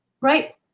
right